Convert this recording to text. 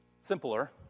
Simpler